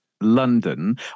London